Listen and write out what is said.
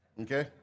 Okay